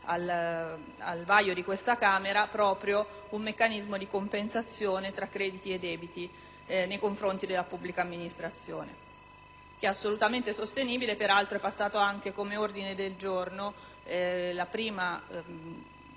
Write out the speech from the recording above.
al vaglio di questa Camera, proprio un meccanismo di compensazione tra crediti e debiti nei confronti della pubblica amministrazione, che è assolutamente sostenibile; peraltro, è stato recepito anche in un ordine del giorno il primo